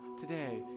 today